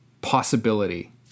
possibility